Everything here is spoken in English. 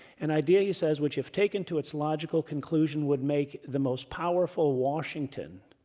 an idea, he says, which if taken to its logical conclusion, would make the most powerful washington